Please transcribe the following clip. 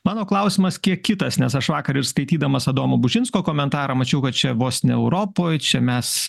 mano klausimas kiek kitas nes aš vakar ir skaitydamas adomui bučinsko komentarą mačiau kad čia vos ne europoj čia mes